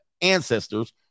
ancestors